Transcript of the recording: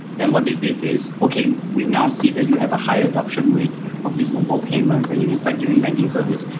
then what they did is, okay. we now see that you have a high adoption rate of these mobile payments and you can start giving banking service.